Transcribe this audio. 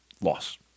Loss